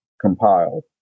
compiled